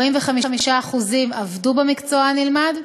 45% עבדו במקצוע הנלמד.